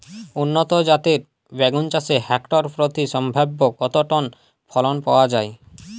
উন্নত জাতের বেগুন চাষে হেক্টর প্রতি সম্ভাব্য কত টন ফলন পাওয়া যায়?